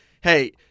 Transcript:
hey—